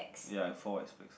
ya I fall I expect